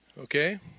Okay